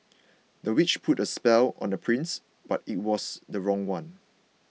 the witch put a spell on the prince but it was the wrong one